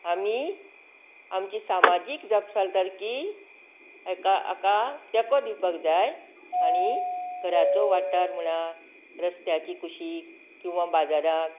आमी आमची सामाजीक जापसालदारकी हेका हाका तेको दिवपाक जाय आणी घराचो वाठार म्हणा रस्त्याची कुशीक किंवां बाजाराक